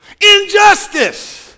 injustice